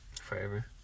Forever